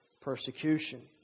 persecution